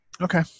Okay